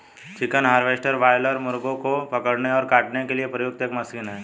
chicken harvester broiler मुर्गों को पकड़ने और काटने के लिए प्रयुक्त एक मशीन है